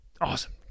awesome